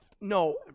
No